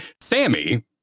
Sammy